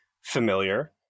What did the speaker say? familiar